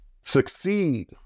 succeed